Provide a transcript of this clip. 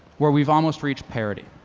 where we've almost reached parity.